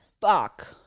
fuck